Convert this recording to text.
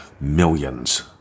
millions